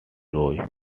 roe